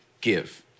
give